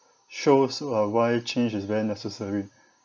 shows uh why change is very necessary